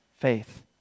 faith